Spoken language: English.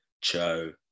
Cho